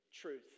Truth